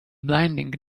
blinding